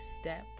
step